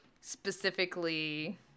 specifically